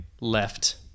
Left